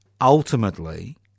ultimately